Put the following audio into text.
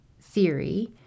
theory